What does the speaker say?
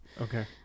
Okay